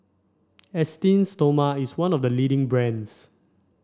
Esteem Stoma is one of the leading brands